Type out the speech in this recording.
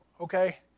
okay